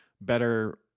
better